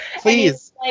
please